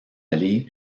aller